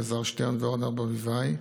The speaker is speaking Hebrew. אלעזר שטרן ואורנה ברביבאי,